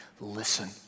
Listen